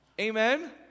Amen